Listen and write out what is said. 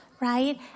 right